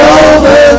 over